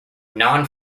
non